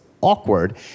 awkward